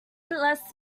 bless